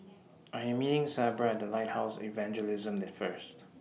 I Am meeting Sabra At The Lighthouse Evangelism The First